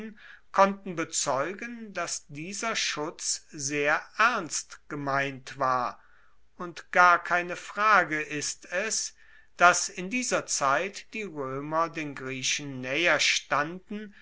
konnten bezeugen dass dieser schutz sehr ernst gemeint war und gar keine frage ist es dass in dieser zeit die roemer den griechen naeher standen